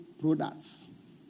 products